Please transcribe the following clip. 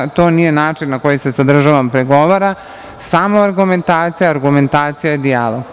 To nije način na koji se sa državom pregovara, samo argumentacija i dijalog.